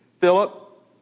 Philip